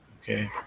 Okay